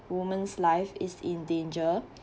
woman's life is in danger